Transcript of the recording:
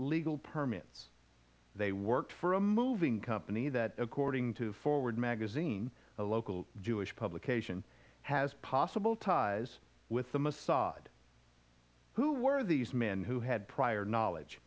legal permits they work for a moving company that according to forward magazine a local jewish publication has possible ties with the mossad who were these men who had prior knowledge